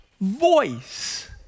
voice